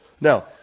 Now